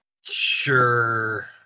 Sure